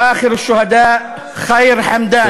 ואחר שוהדא, ח'יר חמדאן.